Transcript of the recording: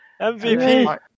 MVP